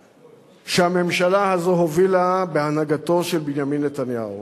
שהממשלה הזאת הובילה בהנהגתו של ביבי נתניהו.